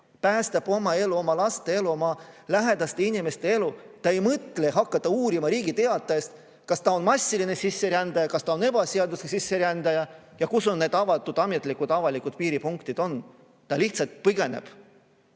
päästab oma elu, oma laste elu, oma lähedaste inimeste elu. Ta ei mõtle hakata uurima Riigi Teatajast, kas ta on massiline sisserändaja, kas ta on ebaseaduslik sisserändaja ja kus on need avatud ametlikud avalikud piiripunktid. Ta lihtsalt põgeneb.